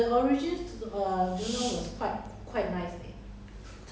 !wah! the ju-on damn bad lah I cannot lah